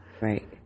Right